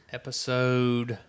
episode